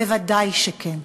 ודאי שכן.